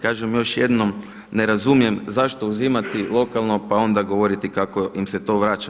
Kažem još jednom ne razumijem zašto uzimati lokalno, pa onda govoriti kako im se to vrača.